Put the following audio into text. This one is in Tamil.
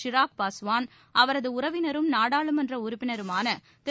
சிராக் பாஸ்வான் அவரது உறவினரும் நாடாளுமன்ற உறுப்பினருமான திரு